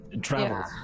travels